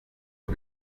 aux